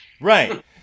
Right